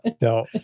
no